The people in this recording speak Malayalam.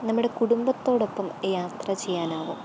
നമ്മുടെ കുടുംബത്തോടൊപ്പം യാത്ര ചെയ്യാനാകും